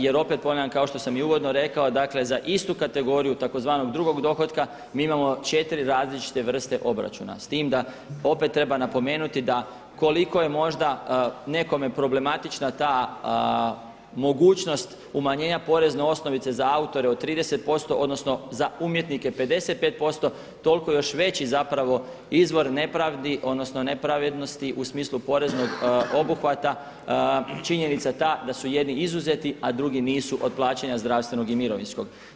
Jer opet ponavljam kao što sam i uvodno rekao dakle za istu kategoriju tzv. drugog dohotka mi imamo četiri različite vrste obračuna s tim da opet treba napomenuti da koliko je možda nekome problematična ta mogućnost umanjenja porezne osnovice za autore od 30% odnosno za umjetnike 55% toliko još veći zapravo izvor nepravdi odnosno nepravednosti u smislu poreznog obuhvata činjenica ta da su jedni izuzeti a drugi nisu od plaćanja zdravstvenog i mirovinskog.